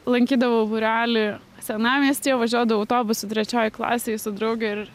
lankydavau būrelį senamiesty važiuodavau autobusu trečioj klasėj su drauge ir